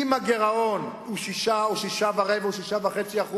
אם הגירעון הוא 6% או 6.25% או 6.5%,